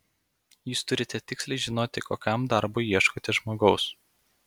jūs turite tiksliai žinoti kokiam darbui ieškote žmogaus